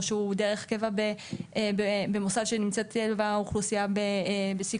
או שהוא דרך קבע במוסד שנמצאת בו אוכלוסייה בסיכון,